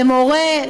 למורה,